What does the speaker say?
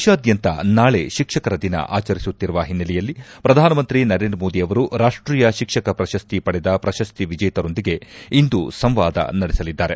ದೇತಾದ್ಯಂತ ನಾಳೆ ಶಿಕ್ಷಕರ ದಿನ ಆಚರಿಸುತ್ತಿರುವ ಹಿನ್ನೆಲೆಯಲ್ಲಿ ಪ್ರಧಾನಮಂತ್ರಿ ನರೇಂದ್ರ ಮೋದಿ ಅವರು ರಾಷ್ಷೀಯ ಶಿಕ್ಷಕ ಪ್ರಶಸ್ತಿ ಪಡೆದ ಪ್ರಶಸ್ತಿ ವಿಜೇತರೊಂದಿಗೆ ಇಂದು ಸಂವಾದ ನಡೆಸಲಿದ್ದಾರೆ